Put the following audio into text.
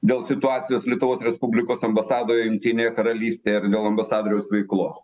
dėl situacijos lietuvos respublikos ambasadoje jungtinėje karalystėje ir dėl ambasadoriaus veiklos